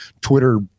Twitter